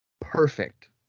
perfect